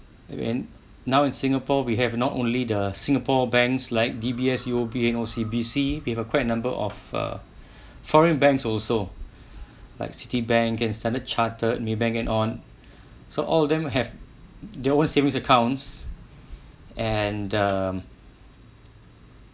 even now in singapore we have not only the singapore banks like D_B_S U_O_B and O_C_B_C we have quite a number of err foreign banks also like Citibank and Standard Chartered Maybank and on so all of them have their own savings accounts and err